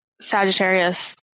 Sagittarius